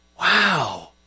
wow